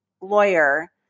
lawyer